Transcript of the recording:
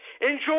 Enjoy